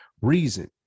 reason